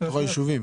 איפה היישובים?